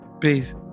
Peace